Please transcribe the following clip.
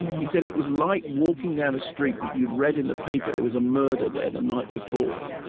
he said it was like walking down a street that you'd read in the paper, there was a murder there the night before.